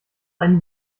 einen